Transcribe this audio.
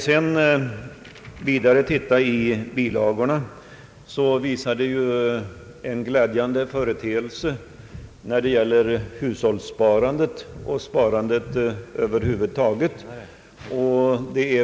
Bilagorna i övrigt visar en glädjande företeelse vad gäller hushållssparandet och sparande över huvud taget.